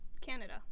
Canada